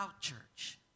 church